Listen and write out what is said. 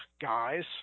guys